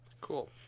Cool